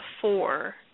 four